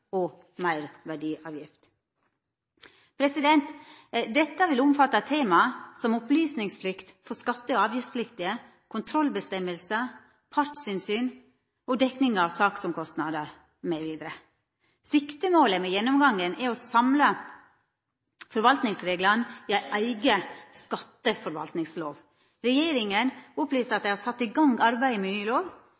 og meirverdiavgift. Dette vil omfatta tema som opplysningsplikt for skatte- og avgiftspliktige, kontrollbestemmingar, partsinnsyn og dekning av sakskostnader mv. Siktemålet med gjennomgangen er å samla forvaltningsreglane i ei eiga skatteforvaltningslov. Regjeringa opplyser at